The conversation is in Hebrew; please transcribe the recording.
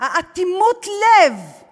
אטימות הלב פה